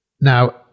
Now